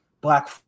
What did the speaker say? Black